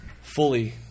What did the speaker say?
fully